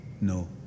no